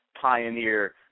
pioneer